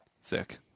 sick